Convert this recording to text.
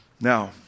Now